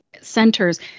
centers